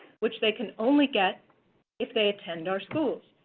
which they can only get if they attend our schools.